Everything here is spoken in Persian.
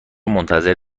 منتظر